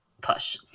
push